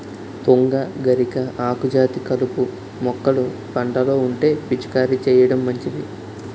తుంగ, గరిక, ఆకుజాతి కలుపు మొక్కలు పంటలో ఉంటే పిచికారీ చేయడం మంచిది